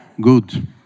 Good